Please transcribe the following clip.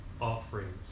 offerings